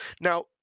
Now